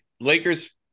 Lakers